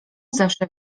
zawsze